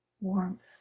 warmth